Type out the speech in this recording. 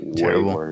terrible